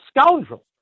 scoundrel